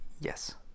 Yes